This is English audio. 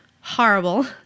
horrible